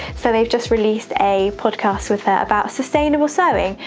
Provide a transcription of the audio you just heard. so they've just released a podcast with her about sustainable sewing,